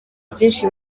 byinshi